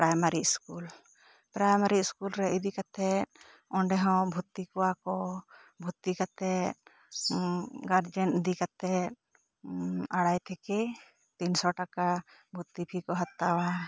primary school primary school ᱨᱮ ᱤᱫᱤ ᱠᱟᱛᱮᱜ ᱚᱸᱰᱮ ᱦᱚᱸ ᱵᱷᱩᱨᱛᱤ ᱠᱚᱣᱟ ᱠᱚ ᱵᱷᱩᱨᱛᱤ ᱠᱟᱛᱮᱜ ᱜᱟᱨᱡᱮᱱ ᱤᱫᱤ ᱠᱟᱛᱮᱜ ᱟᱲᱟᱭ ᱛᱷᱮᱠᱮ ᱛᱤᱱᱥᱚ ᱴᱟᱠᱟ ᱵᱷᱩᱨᱛᱤ ᱯᱷᱤ ᱠᱚ ᱦᱟᱛᱟᱣᱟ